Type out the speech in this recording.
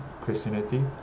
Christianity